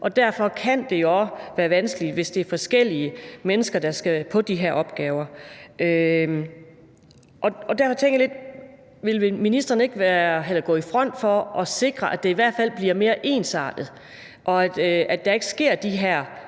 og derfor kan det jo også være vanskeligt, hvis det er forskellige mennesker, der skal være på de her opgaver. Derfor tænker jeg lidt: Vil ministeren ikke gå i front for at sikre, at det i hvert fald bliver mere ensartet, og at der rent ud sagt